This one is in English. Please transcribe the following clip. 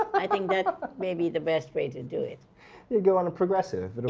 i think that may be the best way to and do it go on a progressive.